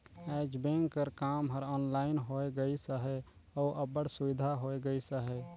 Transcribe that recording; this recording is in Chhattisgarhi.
आएज बेंक कर काम हर ऑनलाइन होए गइस अहे अउ अब्बड़ सुबिधा होए गइस अहे